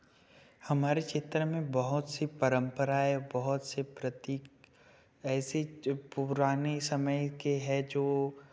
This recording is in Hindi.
हमारे क्षेत्र में बहुत सी परंपराए बहुत से प्रतीक ऐसे जो पुराने समय के हैं जो